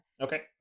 Okay